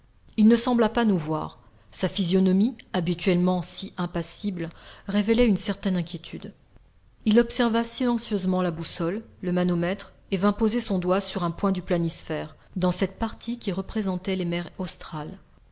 il ne sembla pas nous voir sa physionomie habituellement si impassible révélait une certaine inquiétude il observa silencieusement la boussole le manomètre et vint poser son doigt sur un point du planisphère dans cette partie qui représentait les mers australes